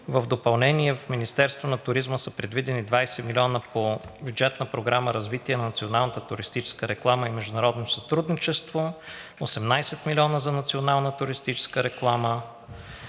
В допълнение в Министерството на туризма са предвидени 20 милиона по бюджетна програма „Развитие на националната туристическа реклама и международно сътрудничество“ 18 милиона за национална туристическа реклама,